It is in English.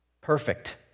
perfect